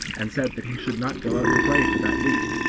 and said that he should not go out to play for that week.